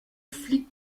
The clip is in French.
flic